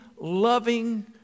loving